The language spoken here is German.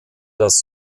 das